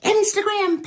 Instagram